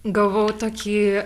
gavau tokį